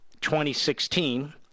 2016